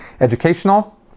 educational